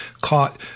caught